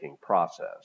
process